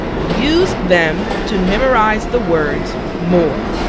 use them to memorize the words more.